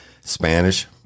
Spanish